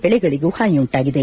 ಬೆಳೆಗಳಗೂ ಹಾನಿಯುಂಟಾಗಿದೆ